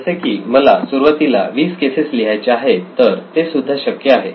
जसे की मला सुरुवातीला 20 केसेस लिहायच्या आहेत तर ते सुद्धा शक्य आहे